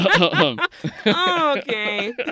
Okay